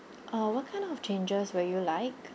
uh what kind of changes will you like